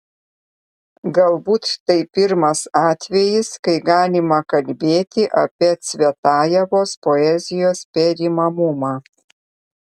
galbūt tai pirmas atvejis kai galima kalbėti apie cvetajevos poezijos perimamumą